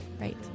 Right